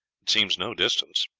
it seemed no distance.